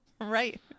Right